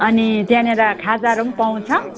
अनि त्यहाँनिर खाजाहरू पनि पाउँछ